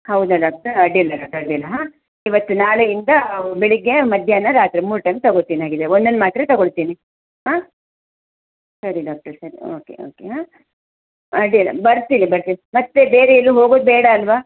ಹೌದಾ ಡಾಕ್ಟರ್ ಅಡ್ಡಿಯಿಲ್ಲ ಡಾಕ್ಟರ್ ಅಡ್ಡಿಯಿಲ್ಲ ಹಾ ಇವತ್ತು ನಾಳೆಯಿಂದ ಬೆಳಿಗ್ಗೆ ಮಧ್ಯಾಹ್ನ ರಾತ್ರಿ ಮೂರು ಟೈಮ್ ತಗೊತೀನಿ ಹಾಗಿದ್ದರೆ ಒಂದೊಂದು ಮಾತ್ರೆ ತಗೊಳ್ತೀನಿ ಹಾ ಸರಿ ಡಾಕ್ಟರ್ ಸರಿ ಓಕೆ ಓಕೆ ಹಾ ಅಡ್ಡಿಯಿಲ್ಲ ಬರ್ತೀವಿ ಬರ್ತೀವಿ ಮತ್ತೆ ಬೇರೆ ಎಲ್ಲೂ ಹೋಗುದು ಬೇಡ ಅಲ್ವಾ